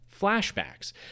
flashbacks